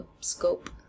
scope